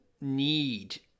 need